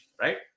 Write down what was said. Right